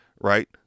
right